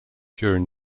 during